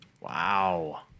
Wow